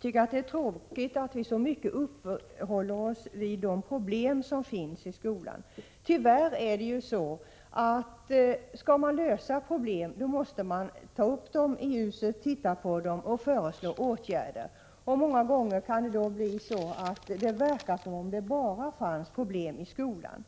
tycker att det är tråkigt att vi så mycket uppehåller oss vid de problem som finns i skolan. Tyvärr är det så att skall man lösa problem måste man ta upp dem i ljuset, titta närmare på dem och föreslå åtgärder. Många gånger kan det då verka som om det bara fanns problem i skolan.